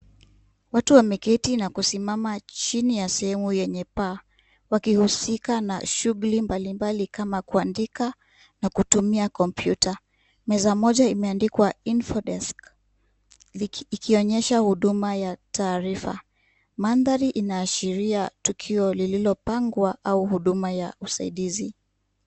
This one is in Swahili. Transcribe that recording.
Watu wameketi na kusimama chini ya sehemu yenye paa. Wakihusika na shughuli mbalimbali kama kuandika na kutumia kopmyuta. Meza moja imeandikwa infodesk . Ikionyesha huduma ya taarifa. Mandhari inaashiria tukio lililopangwa au huduma ya usaidizi.